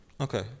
Okay